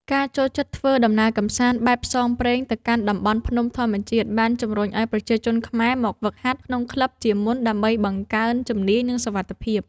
ការចូលចិត្តធ្វើដំណើរកម្សាន្តបែបផ្សងព្រេងទៅកាន់តំបន់ភ្នំធម្មជាតិ បានជំរុញឱ្យប្រជាជនខ្មែរមកហ្វឹកហាត់ក្នុងក្លឹបជាមុន ដើម្បីបង្កើនជំនាញ និងសុវត្ថិភាព។